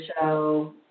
show